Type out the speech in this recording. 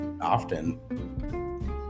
often